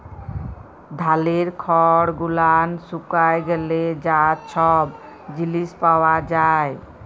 ধালের খড় গুলান শুকায় গ্যালে যা ছব জিলিস পাওয়া যায়